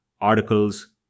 articles